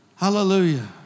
Hallelujah